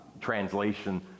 translation